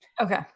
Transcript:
Okay